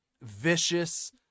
vicious